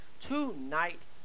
tonight